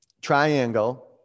Triangle